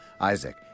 Isaac